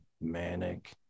Manic